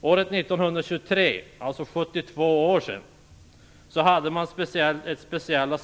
År 1923, alltså för 72 år sedan, hade man speciella